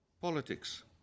politics